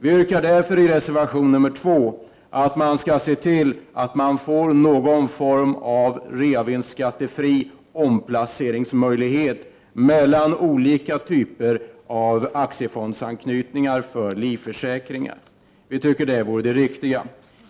I reservation 2 yrkar vi därför att man skall se till att det blir någon form av möjlighet till realisationsvinstskattefri omplacering mellan olika typer av aktiefondsanknytningar för livförsäkringar. Vi tycker det vore det riktiga.